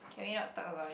can we not talk about it